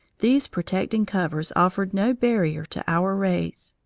these protecting covers offered no barrier to our rays.